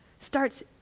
starts